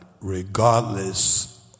regardless